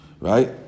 right